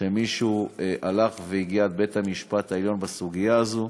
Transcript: שמישהו הגיע עד בית-המשפט העליון בסוגיה הזו,